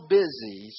busy